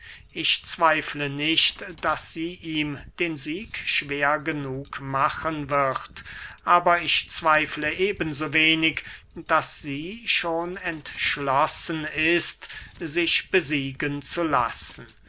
ich zweifle nicht daß sie ihm den sieg schwer genug machen wird aber ich zweifle eben so wenig daß sie schon entschlossen ist sich besiegen zu lassen